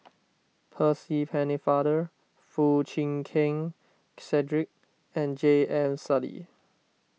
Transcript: Percy Pennefather Foo Chee Keng Cedric and J M Sali